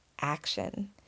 action